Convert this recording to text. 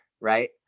right